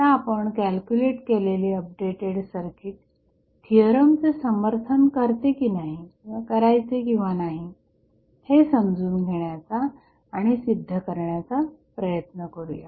आता आपण कॅल्क्युलेट केलेले अपडेटेड सर्किट थिअरमचे समर्थन करायचे किंवा नाही हे समजून घेण्याचा आणि सिद्ध करण्याचा प्रयत्न करुया